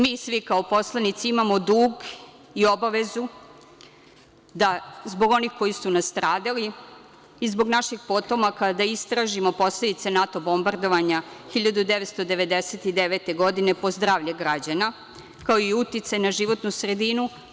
Mi svi kao poslanici imamo dug i obavezu da, zbog onih koji su nastradali, i zbog naših potomaka da istražimo posledice NATO bombardovanja 1999. godine, po zdravlje građana, kao i uticaj na životnu sredinu.